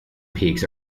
peaks